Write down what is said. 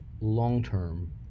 long-term